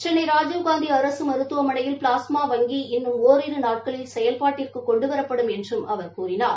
சென்ளை ராஜீவ்காந்தி அரசு மருத்துவமனையில் ப்ளாஸ்மா வங்கி இன்னும் ஒரிரு நாட்களில் செயல்பாட்டிற்கு கொண்டுவரப்படும் என்றும் அவர் கூறினார்